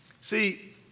See